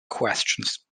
questions